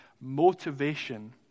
motivation